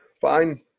fine